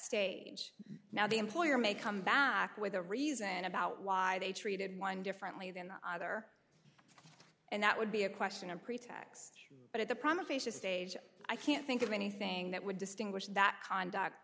stage now the employer may come back with a reason about why they treated one differently than the other and that would be a question of pretax but at the prime of a stage i can't think of anything that would distinguish that conduct